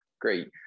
great